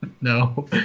No